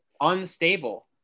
unstable